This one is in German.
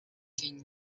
den